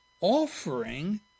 offering